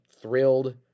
thrilled